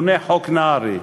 ומכונה "חוק נהרי",